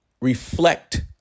reflect